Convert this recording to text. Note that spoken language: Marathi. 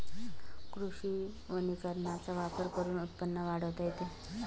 कृषी वनीकरणाचा वापर करून उत्पन्न वाढवता येते